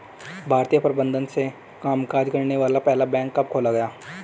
भारतीय प्रबंधन से कामकाज करने वाला पहला बैंक कब खोला गया?